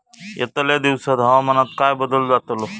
यतल्या दिवसात हवामानात काय बदल जातलो?